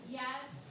yes